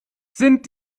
sind